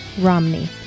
Romney